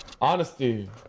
Honesty